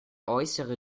äußere